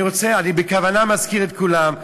אני בכוונה מזכיר את כולם,